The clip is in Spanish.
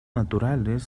naturales